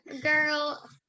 girl